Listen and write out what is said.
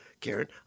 Karen